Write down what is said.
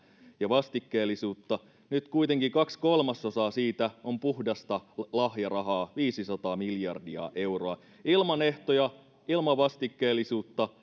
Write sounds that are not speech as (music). ja vastikkeellisuutta nyt kuitenkin kaksi kolmasosaa siitä on puhdasta lahjarahaa viisisataa miljardia euroa ilman ehtoja ilman vastikkeellisuutta (unintelligible)